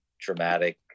dramatic